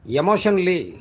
emotionally